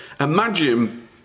Imagine